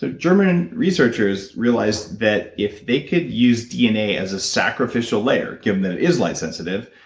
ah german researchers realized that if they could use dna as a sacrificial layer, given that is light-sensitive,